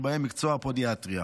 ובהם מקצוע הפודיאטריה.